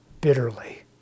bitterly